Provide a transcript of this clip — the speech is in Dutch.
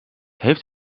heeft